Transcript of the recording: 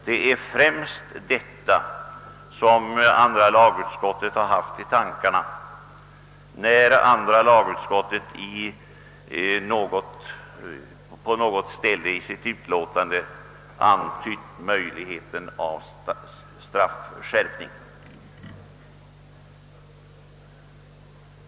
Det är främst detta som andra lagutskottet haft i tankarna när utskottet på något ställe i sitt utlåtande uttalat sig för möjligheten av en straffskärpning.